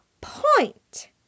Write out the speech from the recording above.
point